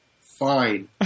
Fine